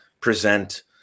present